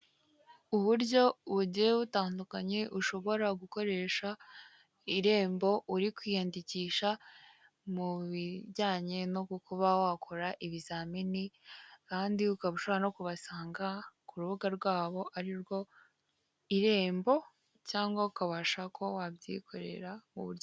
Uburyo bugiye butandukanye ushobora gukoresha irembo uri kwiyandikisha mu bijyanye no mu kuba wakora ibizamini, kandi ukaba ushobora no kubasanga ku rubuga rwabo ari rwo irembo, cyangwa ukabasha ko wabyikorera mu buryo.